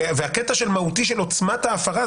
והקטע של "מהותי" של עוצמת ההפרה,